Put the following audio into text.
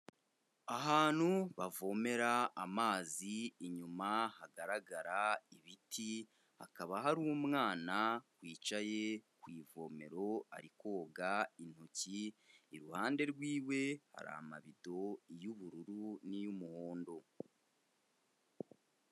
Ahantu bavomera amazi inyuma hagaragara ibiti, hakaba hari umwana wicaye ku ivomero ari koga intoki, iruhande rwiwe hari amarido, iy'ubururu n'iy'umuhondo.